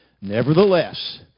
Nevertheless